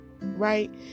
right